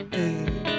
Hey